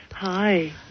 Hi